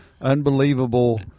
unbelievable